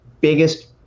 biggest